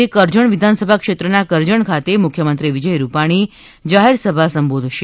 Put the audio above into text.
આજે કરજણ વિધાનસભા ક્ષેત્રના કરજણ ખાતે મુખ્યમંત્રી વિજય રૂપાણી જાહેરસભા સંબોધશે